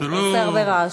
אתה עושה הרבה רעש.